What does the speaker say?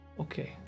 Okay